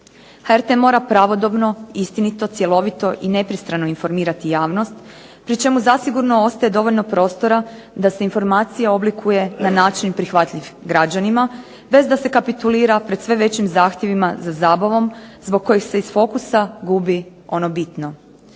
HRT-a mora pravodobno, istinito i cjelovito i nepristrano informirati javnost pri čemu zasigurno ostaje dovoljno prostora da se informacija oblikuje na način prihvatljiv građanima bez da se kapitulira sa sve većim zahtjevima za zabavom zbog kojeg se iz fokusa gubi ono bitno.